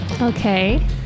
Okay